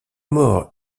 mort